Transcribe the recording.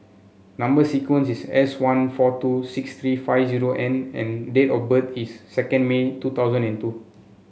number sequence is S one four two six three five zero N and date of birth is second May two thousand and two